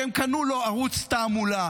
כי הם קנו לו ערוץ תעמולה,